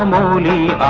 um only